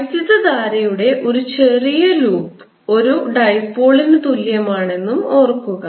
വൈദ്യുതധാരയുടെ ഒരു ചെറിയ ലൂപ്പ് ഒരു ഡൈപോളിന് തുല്യമാണെന്നതും ഓർക്കുക